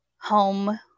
home